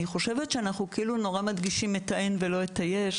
אני חושבת שאנחנו נורא מדגישים את האין ולא את היש,